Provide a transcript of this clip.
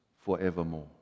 forevermore